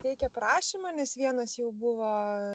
teikė prašymą nes vienas jau buvo